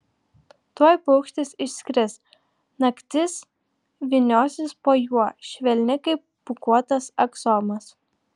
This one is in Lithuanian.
tuoj paukštis išskris naktis vyniosis po juo švelni kaip pūkuotas aksomas